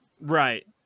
right